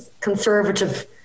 conservative